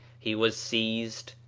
he was seized,